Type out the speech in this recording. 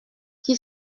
qui